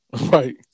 Right